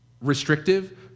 restrictive